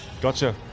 Gotcha